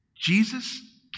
Jesus